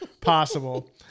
possible